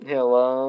Hello